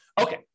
Okay